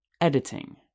editing